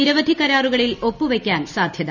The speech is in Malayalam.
നിരവധി കരാറുകളിൽ ഒപ്പുവയ്ക്കാൻ സാധ്യത